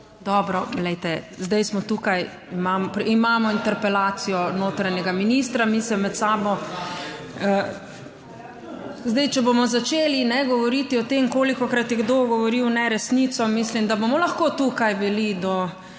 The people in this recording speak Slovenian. Dobro, glejte, zdaj smo tukaj, imamo interpelacijo notranjega ministra, mi se med sabo, / nemir v dvorani/ zdaj, če bomo začeli govoriti o tem, kolikokrat je kdo govoril neresnico, mislim, da bomo lahko tukaj bili do 6.